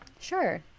Sure